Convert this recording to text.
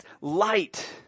light